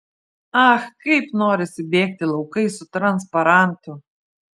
ach kaip norisi bėgti laukais su transparantu